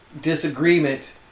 disagreement